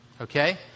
Okay